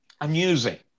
amusing